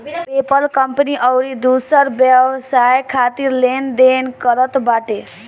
PayPal company अउरी दूसर व्यवसाय खातिर लेन देन करत बाटे